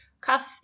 cuff